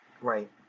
Right